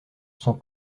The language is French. sont